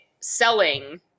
selling